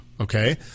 okay